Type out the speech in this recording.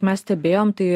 mes stebėjom tai